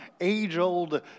age-old